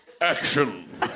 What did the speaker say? action